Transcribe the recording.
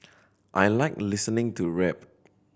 I like listening to rap